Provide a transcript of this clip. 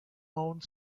owned